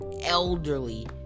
elderly